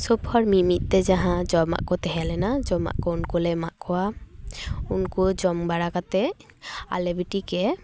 ᱥᱳᱵ ᱦᱚᱲ ᱢᱤᱫ ᱢᱤᱫ ᱛᱮ ᱡᱟᱦᱟᱸ ᱡᱚᱢᱟᱜ ᱠᱚ ᱛᱟᱦᱮᱸ ᱞᱮᱱᱟ ᱡᱚᱢᱟᱜ ᱠᱚ ᱩᱱᱠᱩ ᱞᱮ ᱮᱢᱟᱜ ᱠᱚᱣᱟ ᱩᱱᱠᱩ ᱡᱚᱢ ᱵᱟᱲᱟ ᱠᱟᱛᱮ ᱟᱞᱮ ᱵᱤᱴᱤᱜᱮ